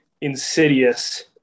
insidious